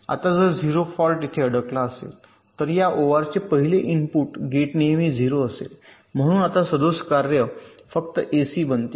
आता जर 0 फॉल्ट येथे अडकला असेल तर या ओआर चे हे पहिले इनपुट गेट नेहमी 0 असेल म्हणून आता सदोष कार्य फक्त एसी बनते